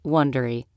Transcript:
Wondery